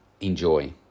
enjoy